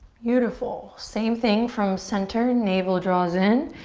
beautiful same thing from center, navel draws in.